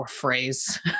phrase